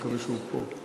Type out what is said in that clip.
אני מקווה שהוא פה.